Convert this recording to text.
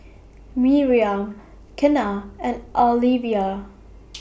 Miriam Kenna and Alyvia